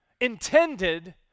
intended